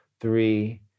three